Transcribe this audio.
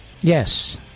Yes